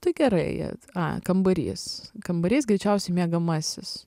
tai gerai jie a kambarys kambarys greičiausiai miegamasis